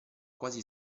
quasi